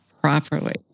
properly